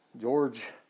George